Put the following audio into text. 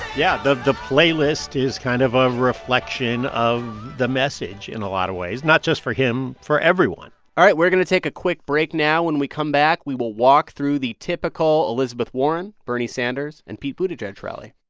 yeah. the the playlist is kind of a reflection of the message, in a lot of ways, not just for him for everyone all right. we're going to take a quick break now. when we come back, we will walk through the typical elizabeth warren, bernie sanders and pete buttigieg rally